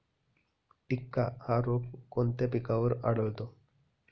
टिक्का हा रोग कोणत्या पिकावर आढळतो?